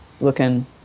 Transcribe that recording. looking